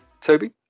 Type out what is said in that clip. Toby